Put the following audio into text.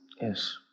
Yes